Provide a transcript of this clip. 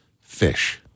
fish